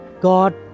God